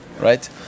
right